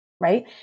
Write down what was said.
Right